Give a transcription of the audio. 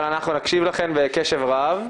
אבל אנחנו נקשיב לכם בקשב רב.